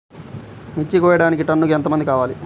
మిర్చి కోయడానికి టన్నుకి ఎంత మంది కావాలి?